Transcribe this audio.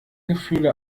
gefühle